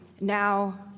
now